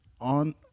on